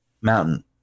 Mountain